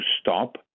stop